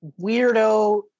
weirdo